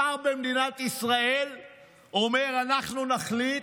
שר במדינת ישראל אומר: אנחנו נחליט,